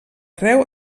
creu